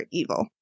evil